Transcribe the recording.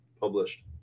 published